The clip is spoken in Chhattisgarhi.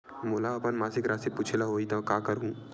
मोला अपन मासिक राशि पूछे ल होही त मैं का करहु?